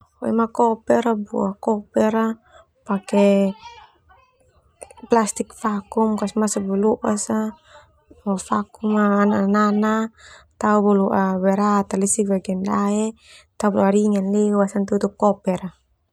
Koper pake plastik vakum kasmasuk baloas tao baloas berat nisik baloa dae.